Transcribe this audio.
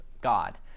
God